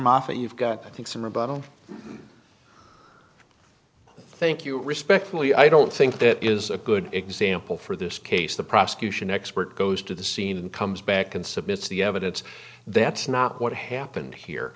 moffat you've got i think some rebuttal thank you respectfully i don't think that is a good example for this case the prosecution expert goes to the scene and comes back and submits the evidence that's not what happened here